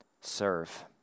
Serve